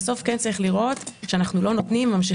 בסוף כן צריך לראות שאנחנו לא ממשיכים